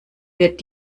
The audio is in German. wird